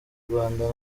rwanda